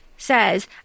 says